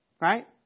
right